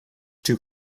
two